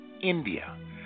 India